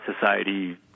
society